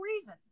reason